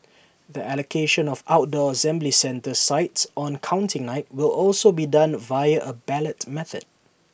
the allocation of outdoor assembly centre sites on counting night will also be done via A ballot method